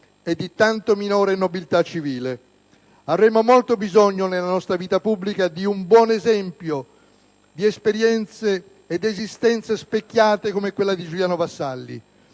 e di tanto minore nobiltà civile. Avremmo molto bisogno nella nostra vita pubblica del buon esempio di esistenze specchiate come quella di Giuliano Vassalli,